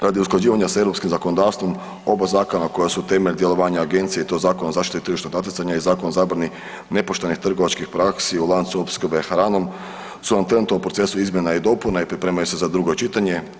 Radi usklađivanja sa europskim zakonodavstvom oba zakona koja su temelj djelovanja agencije i to Zakona o zaštiti tržišnog natjecanja i Zakona o zabrani nepoštenih trgovačkih praksi u lancu opskrbe hranom su vam trenutno u procesu izmjena i dopuna i pripremaju se za drugo čitanje.